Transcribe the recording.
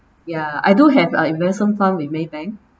ya I do have uh investment fund with maybank